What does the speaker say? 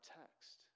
text